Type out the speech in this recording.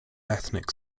ethnic